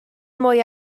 mwy